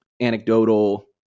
anecdotal